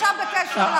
עכשיו בקשר לחוק.